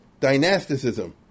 dynasticism